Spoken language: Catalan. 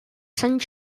sant